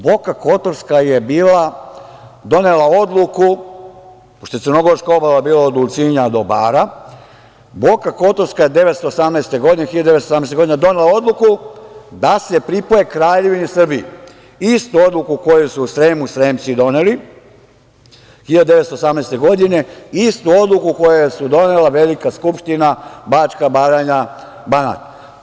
Boka Kotorska je bila donela odluku, pošto je crnogorska obala bila od Ulcinja do Bara, Boka Kotorska je 1918. godine, donela odluku da se pripoje Kraljevini Srbiji, istu odluku koju su u Sremu Sremci doneli 1918. godine, istu odluku koju je donela Velika skupština Bačka-Baranja-Banat.